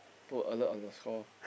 put alert on the score